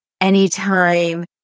anytime